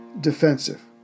defensive